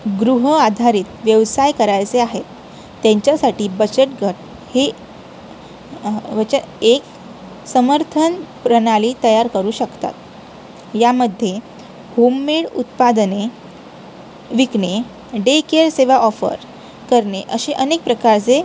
गृह आधारित व्यवसाय करायचे आहेत त्यांच्यासाठी बचतगट हे वचं एक समर्थन प्रणाली तयार करू शकतात यामध्ये होम मेड उत्पादने विकणे डे केयर सेवा ऑफर करणे असे अनेक प्रकारचे